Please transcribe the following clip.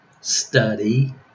study